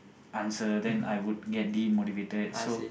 answer then I would get demotivated so